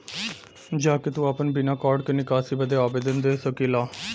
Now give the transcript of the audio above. जा के तू आपन बिना कार्ड के निकासी बदे आवेदन दे सकेला